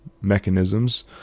mechanisms